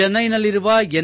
ಚೆನ್ಟೈನಲ್ಲಿರುವ N